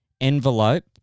envelope